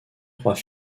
trois